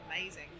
amazing